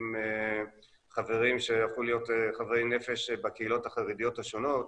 עם חברים שיכלו להיות חברי נפש בקהילות החרדיות השונות,